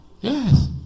Yes